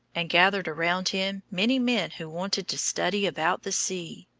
and gathered around him many men who wanted to study about the sea.